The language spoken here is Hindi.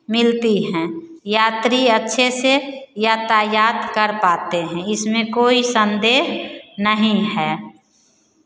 मिलती हैं यात्री अच्छे से यातायात कर पाते हैं इसमें कोई संदेह नहीं है